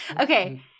Okay